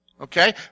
Okay